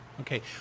Okay